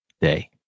day